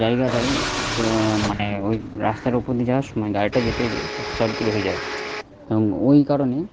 জায়গাটায় তো মানে ওই রাস্তার উপর দিয়ে যাওয়ার সময় গাড়িটা যেতে গিয়ে শটসার্কিট হয়ে যায় এবং ওই কারণে